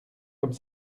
comme